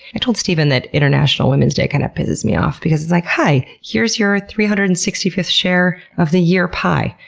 i told stephen that international women's day kind of pisses me off because it's like, here's your three hundred and sixty fifth share of the year pie.